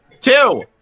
Two